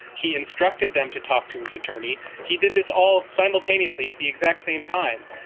he instructed them to talk to his attorney. he did this all simultaneously at the exact same time.